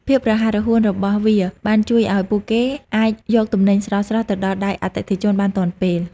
ភាពរហ័សរហួនរបស់វាបានជួយឱ្យពួកគេអាចយកទំនិញស្រស់ៗទៅដល់ដៃអតិថិជនបានទាន់ពេល។